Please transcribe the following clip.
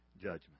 judgment